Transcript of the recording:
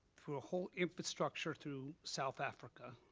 through a whole infrastructure through south africa.